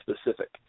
specific